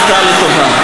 אולי נופתע לטובה.